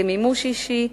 למימוש אישי,